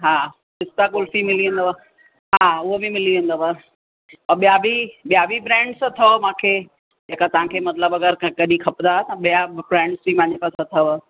हा पिस्ता कुल्फ़ी मिली वेंदव हा उहो बि मिली वेंदव ऐं ॿिया बि ॿिया बि ब्रैंड्स अथव मांखे जेका तव्हांखे मतलबु अगरि क कॾहिं खपंदा त ॿिया ब्रैंड्स बि मांजे पास अथव